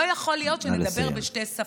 לא יכול להיות שנדבר בשתי שפות.